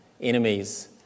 enemies